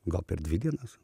gal per dvi dienas